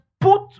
put